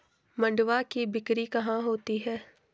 मंडुआ की बिक्री कहाँ होती है?